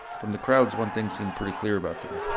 from the crowds, one thing seemed pretty clear about